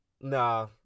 Nah